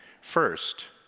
First